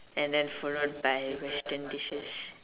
and then followed by Western dishes